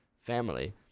family